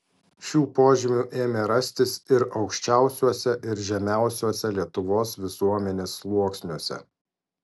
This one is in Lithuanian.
šių požymių ėmė rastis ir aukščiausiuose ir žemiausiuose lietuvos visuomenės sluoksniuose